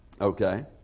Okay